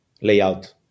layout